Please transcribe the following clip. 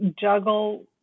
juggle